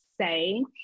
say